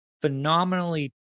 phenomenally